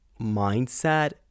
mindset